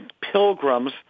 pilgrims